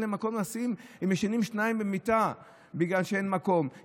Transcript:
אלא הם ישנים שניים במיטה בגלל שאין להם מקום,